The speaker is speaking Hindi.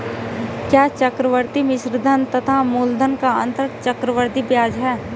क्या चक्रवर्ती मिश्रधन तथा मूलधन का अंतर चक्रवृद्धि ब्याज है?